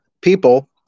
people